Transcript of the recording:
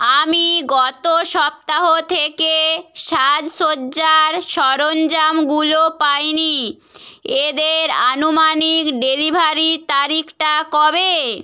আমি গত সপ্তাহ থেকে সাজসজ্জার সরঞ্জামগুলো পাই নি এদের আনুমানিক ডেলিভারির তারিখটা কবে